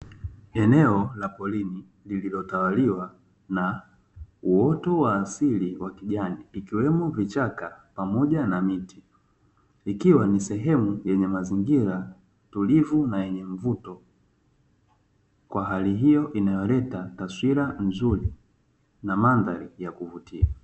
Eneo la porini lililotawaliwa na uoto wa asili wa kijani ikiwemo vichaka pamoja na miti, ikiwa ni sehemu yenye mazingira tulivu na yenye mvuto kwa hali hiyo inayoleta taswira nzuri na mandhari ya kuvutia.